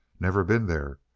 never been there.